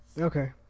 Okay